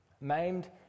Maimed